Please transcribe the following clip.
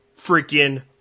freaking